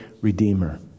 Redeemer